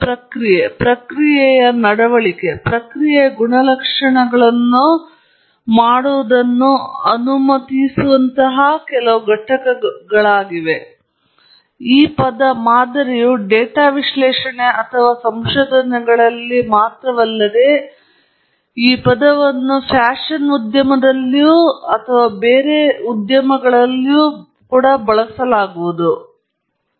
ಪ್ರಕ್ರಿಯೆ ಪ್ರಕ್ರಿಯೆಯ ನಡವಳಿಕೆ ಪ್ರಕ್ರಿಯೆ ಗುಣಲಕ್ಷಣಗಳನ್ನು ಹೀಗೆ ಮಾಡುವುದನ್ನು ಅನುಮತಿಸುವಂತಹ ಕೆಲವು ಘಟಕವಾಗಿದೆ ಈ ಪದ ಮಾದರಿಯು ಡೇಟಾ ವಿಶ್ಲೇಷಣೆ ಅಥವಾ ಸಂಶೋಧನೆಗಳಲ್ಲಿ ಮಾತ್ರವಲ್ಲದೇ ಈ ಪದವನ್ನು ಫ್ಯಾಶನ್ ಉದ್ಯಮದಲ್ಲಿಯೂ ಬೇರೆಡೆಗಳಲ್ಲಿಯೂ ಅಥವಾ ಮನೆಗಳ ಮಾದರಿಗಳಲ್ಲೂ ಕೂಡ ಬಳಸಲಾಗುವುದು ಎಂದು ನೀವು ನೋಡಬಹುದು